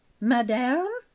madame